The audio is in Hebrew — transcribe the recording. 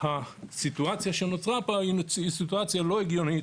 הסיטואציה שנוצרה פה היא סיטואציה לא הגיונית